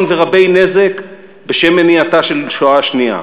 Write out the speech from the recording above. ורבי-נזק בשם מניעתה של שואה שנייה.